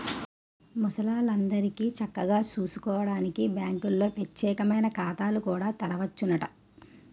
ముసలాల్లందరికీ చక్కగా సూసుకోడానికి బాంకుల్లో పచ్చేకమైన ఖాతాలు కూడా తెరవచ్చునట